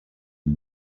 and